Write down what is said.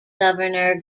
governor